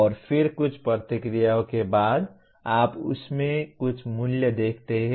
और फिर कुछ प्रतिक्रियाओं के बाद आप उस में कुछ मूल्य देखते हैं